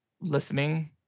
listening